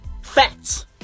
Facts